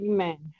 Amen